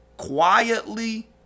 Quietly